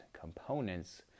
components